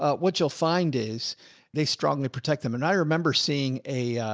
ah what you'll find is they strongly protect them. and i remember seeing a, ah,